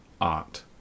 art